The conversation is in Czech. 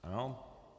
Ano.